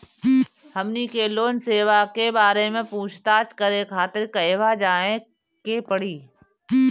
हमनी के लोन सेबा के बारे में पूछताछ करे खातिर कहवा जाए के पड़ी?